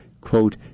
Quote